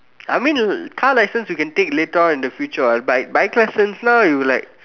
I mean car license you can take later on in the future what but bike license னா:naa you like